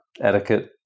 etiquette